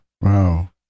Wow